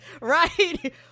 Right